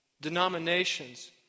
denominations